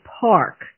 Park